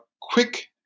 quick